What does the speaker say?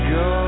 go